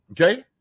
Okay